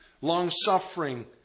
long-suffering